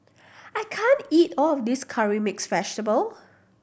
I can't eat all of this curry mix vegetable